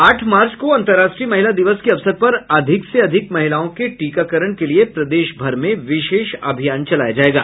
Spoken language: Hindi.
आठ मार्च को अन्तर्राष्ट्रीय महिला दिवस के अवसर पर अधिक से अधिक महिलाओं के टीकाकरण के लिए प्रदेशभर में विशेष अभियान चलाया जायेगा